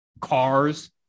cars